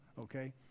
okay